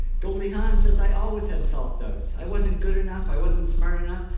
goldie hawn says, i always had self-doubts. i wasn't good enough i wasn't smart enough.